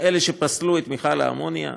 שפסלו את מכל האמוניה,